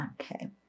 Okay